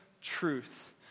truth